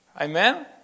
Amen